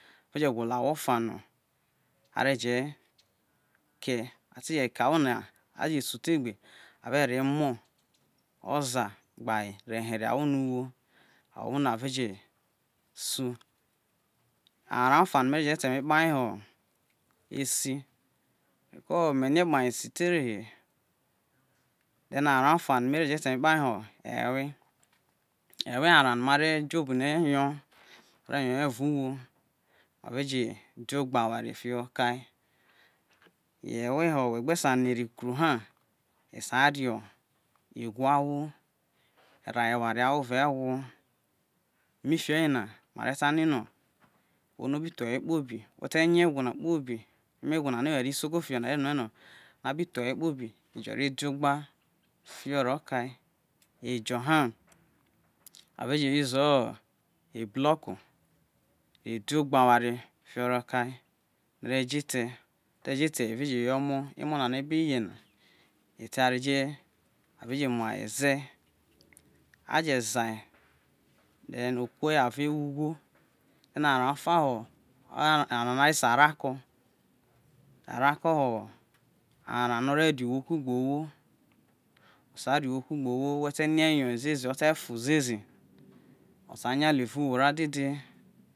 Meje gwo̱lo̱ ahwo fa no a re je ke a ta su te gbo ave no emo̱ oza gbe aye ro herie, ahwo na uwo, ahwo na vie je su. Arao ofa no me re je ta eme kpahe ho esi ko me rie kpahe esi teru he then arao ofa no mejeta eme kpahe no e̱we, ewe na na mare jo obone̱ yo ma re yo ye vao uwo mare je dio̱ ogba warie fio kae yo e̱we ho we gbe sae rie kru aha esa no igu ahwo raha eware ahwo esao e̱gwo mifio oyena mare ta ni no ohwo no be thuo ewe kpobi we̱ te̱ nya egwo na kpobi no ewarie, isoko fio ho na kpobi ejo re dio̱ ogba fio horo̱ kae ejo ha ave je usuo ebloko ro dio ogba warie ro kae, ne re jo ete are jo ete ye omo yo emo̱ na no abi ye na ete warie je ave̱ je̱ mia eze, aje ze̱ a then ukuho ye are wo ugho. Then arao ofa ho oye ara no are se arako, arako ho ara no̱ ore̱ ria uwo kugbe owo, osae ria uwo kugbe owo wo te rie yo ziezi o sai nya ruo obuwo ra dede